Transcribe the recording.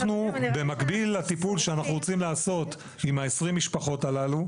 אנחנו במקביל לטיפול שאנחנו רוצים לעשות עם ה-20 משפחות האלה,